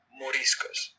moriscos